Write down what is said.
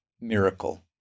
miracle